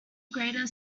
greater